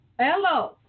hello